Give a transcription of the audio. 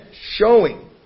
showing